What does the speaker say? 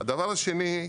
דבר שני,